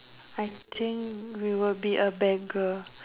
I think we will be a beggar